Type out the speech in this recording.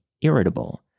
irritable